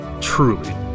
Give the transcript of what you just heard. Truly